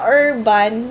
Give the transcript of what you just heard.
urban